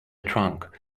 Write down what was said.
trunk